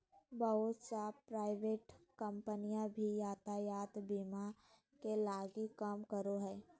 बहुत सा private company भी यातायात बीमा के लगी काम करते हइ